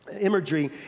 imagery